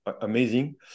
amazing